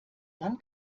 dann